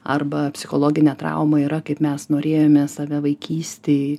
arba psichologinė trauma yra kaip mes norėjome save vaikystėj